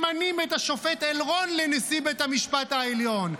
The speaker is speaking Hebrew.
ממנים את השופט אלרון לנשיא בית המשפט העליון.